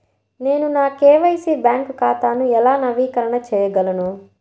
నేను నా KYC bank ఖాతాను ఎలా నవీకరణ చేయగలను?